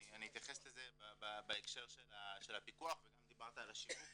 אני אתייחס לזה בהקשר של הפיקוח וגם דיברת על השיווק